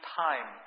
time